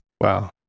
Wow